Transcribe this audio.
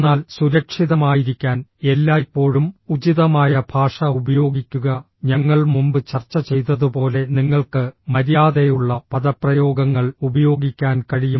എന്നാൽ സുരക്ഷിതമായിരിക്കാൻ എല്ലായ്പ്പോഴും ഉചിതമായ ഭാഷ ഉപയോഗിക്കുക ഞങ്ങൾ മുമ്പ് ചർച്ച ചെയ്തതുപോലെ നിങ്ങൾക്ക് മര്യാദയുള്ള പദപ്രയോഗങ്ങൾ ഉപയോഗിക്കാൻ കഴിയും